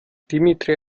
dimitri